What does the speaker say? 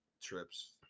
trips